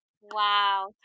wow